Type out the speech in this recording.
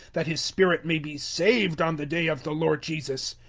that his spirit may be saved on the day of the lord jesus.